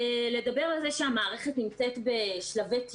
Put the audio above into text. לדבר על זה שהמערכת נמצאת בשלבי טיוב,